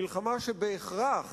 מלחמה שבהכרח